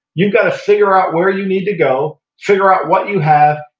you've got to figure out where you need to go, figure out what you have,